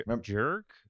Jerk